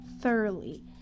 thoroughly